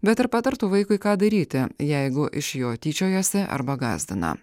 bet ir patartų vaikui ką daryti jeigu iš jo tyčiojosi arba gąsdina